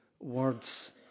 words